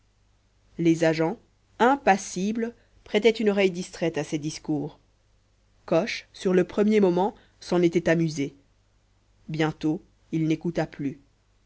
les agents impassibles prêtaient une oreille distraite à ces discours coche sur le premier moment s'en était amusé bientôt il n'écouta plus